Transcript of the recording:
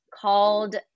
called